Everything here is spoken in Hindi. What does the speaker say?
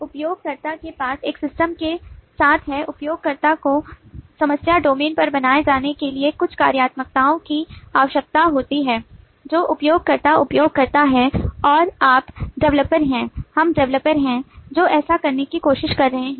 उपयोगकर्ता के पास एक सिस्टम के साथ है उपयोगकर्ता को समस्या डोमेन पर बनाए जाने के लिए कुछ कार्यात्मकताओं की आवश्यकता होती है जो उपयोगकर्ता उपयोग करता है और आप डेवलपर हैं हम डेवलपर हैं जो ऐसा करने की कोशिश कर रहे हैं